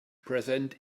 present